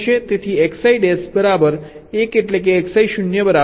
તેથી Xi dash બરાબર 1 એટલે Xi 0 બરાબર છે